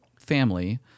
family